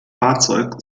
fahrzeug